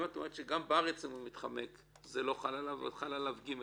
אם את אומרת שגם בארץ הוא מתחמק וזה לא חל עליו אז חל עליו (ג),